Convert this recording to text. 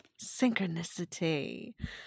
Synchronicity